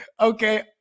Okay